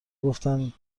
گفتن